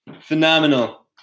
Phenomenal